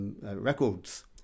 records